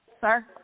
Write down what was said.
Sir